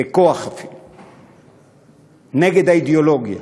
בכוח, אפילו, נגד האידיאולוגיה,